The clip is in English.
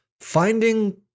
Finding